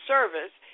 Service